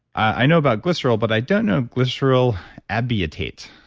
i know about glyceryl, but i don't know glyceryl abietate.